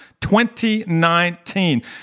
2019